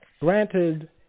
Granted